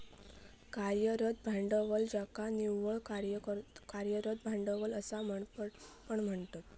कार्यरत भांडवल ज्याका निव्वळ कार्यरत भांडवल असा पण म्हणतत